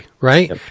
right